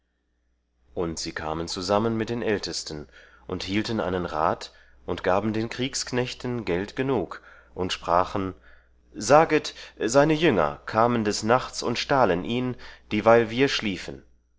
und sie kamen zusammen mit den ältesten und hielten einen rat und gaben den kriegsknechten geld genug und sprachen saget seine jünger kamen des nachts und stahlen ihn dieweil wir schliefen